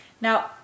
Now